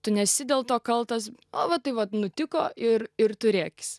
tu nesi dėl to kaltas o tai vat nutiko ir ir turėkis